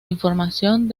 información